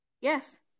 Yes